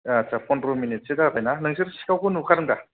आसा फन्द्र' मिनिटसो जाबाय ना नोंसोर सिखावखौ नुखादों दा